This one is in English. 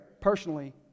personally